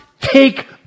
take